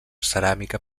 ceràmica